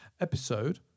Episode